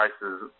prices